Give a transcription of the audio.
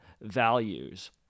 values